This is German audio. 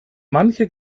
manche